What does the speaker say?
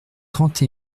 trente